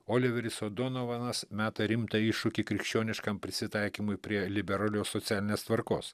oliveris odonovanas meta rimtą iššūkį krikščioniškam prisitaikymui prie liberalios socialinės tvarkos